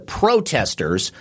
protesters –